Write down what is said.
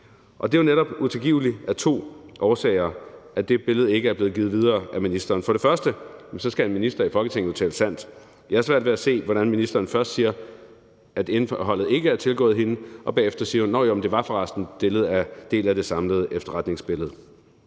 er jo netop utilgiveligt af to årsager: For det første skal en minister i Folketinget tale sandt. Jeg har svært ved at se det, når ministeren først siger, at indholdet ikke er tilgået hende, og hun bagefter siger, at nå ja, det var forresten en del af det samlede efterretningsbillede.